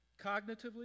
Cognitively